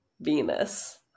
Venus